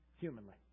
humanly